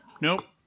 Nope